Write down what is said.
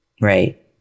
right